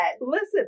Listen